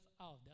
out